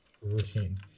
routine